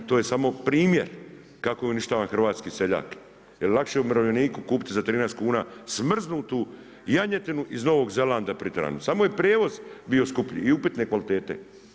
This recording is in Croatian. I to je samo primjer kako je uništavan hrvatski seljak jel je lakše umirovljeniku kupiti za 13 kuna smrznutu janjetinu iz Novog Zelanda priteranu, samo je prijevoz bio skuplji i upitne kvalitete.